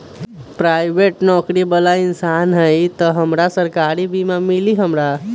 Private नौकरी बाला इंसान हई त हमरा सरकारी बीमा मिली हमरा?